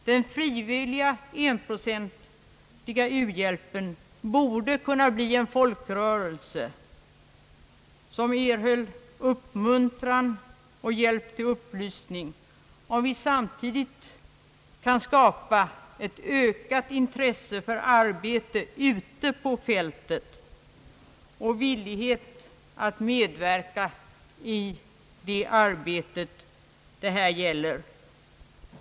Den frivilliga enprocentiga uhjälpen borde kunna bli en folkrörelse som erhöll uppmuntran och hjälp till upplysning, om vi samtidigt kan skapa ett ökat intresse för arbetet ute på fältet och villighet att medverka i det arbete det här gäller.